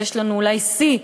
שיש לנו אולי שיא,